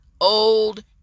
old